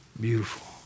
beautiful